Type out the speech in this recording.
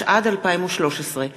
התשע"ד 2013,